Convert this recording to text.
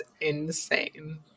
insane